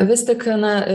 vis tik na